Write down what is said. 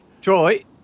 Troy